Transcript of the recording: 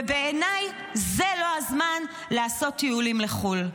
ובעיניי זה לא הזמן לעשות טיולים לחו"ל.